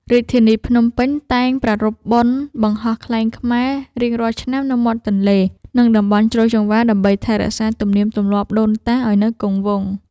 រាជធានីភ្នំពេញតែងប្រារព្ធបុណ្យបង្ហោះខ្លែងខ្មែររៀងរាល់ឆ្នាំនៅមាត់ទន្លេ និង តំបន់ជ្រោយចង្វារដើម្បីថែរក្សាទំនៀមទម្លាប់ដូនតាឱ្យនៅគង់វង្ស។